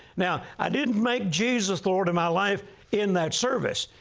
now, i didn't make jesus the lord of my life in that service,